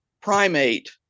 primate